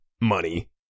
money